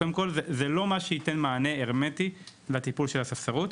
זה לא מה שייתן מענה הרמטי לטיפול בספסרות.